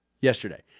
yesterday